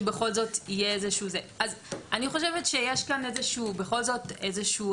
שבכל זאת יהיה איזשהו אז אני חושבת שיש כאן בכל זאת איזושהי